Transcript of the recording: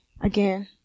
again